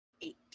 eight